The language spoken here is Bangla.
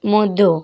মধ্য